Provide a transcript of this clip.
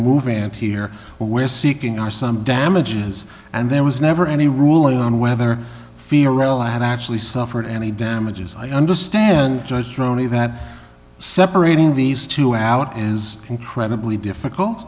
movement here where seeking are some damages and there was never any ruling on whether fear real had actually suffered any damages i understand judge throw me that separating these two out is incredibly difficult